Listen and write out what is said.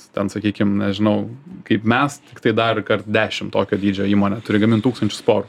ten sakykim nežinau kaip mes tiktai darkart dešim tokio dydžio įmonė turi gamint tūkstančius porų